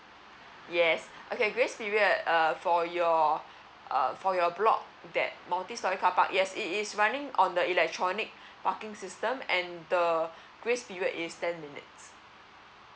yes okay grace period err for your uh for your block that multi storey carpark yes it is running on the electronic parking system and the grace period is ten minutes